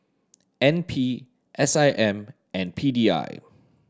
N P S I M and P D I